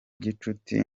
gicuti